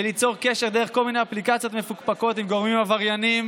וליצור קשר דרך כל מיני אפליקציות מפוקפקות עם גורמים עברייניים